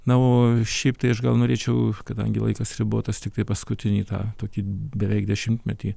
na o šiaip tai aš gal norėčiau kadangi laikas ribotas tiktai paskutinį tą tokį beveik dešimtmetį